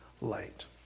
light